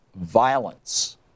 violence